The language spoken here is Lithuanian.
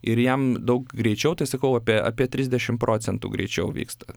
ir jam daug greičiau tai sakau apie apie trisdešim procentų greičiau vyksta